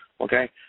okay